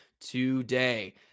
today